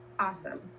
Awesome